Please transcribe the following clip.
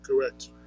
Correct